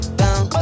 down